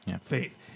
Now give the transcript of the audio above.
faith